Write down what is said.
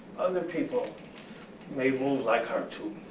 other people may move like her too.